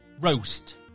roast